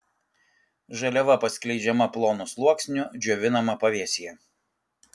žaliava paskleidžiama plonu sluoksniu džiovinama pavėsyje